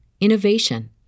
innovation